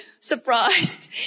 surprised